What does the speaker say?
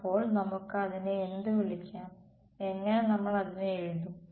അപ്പോൾ നമുക്ക് അതിനെ എന്ത് വിളിക്കാം എങ്ങനെ നമ്മൾ അത് എഴുതും